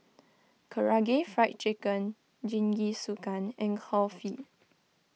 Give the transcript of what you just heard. Karaage Fried Chicken Jingisukan and Kulfi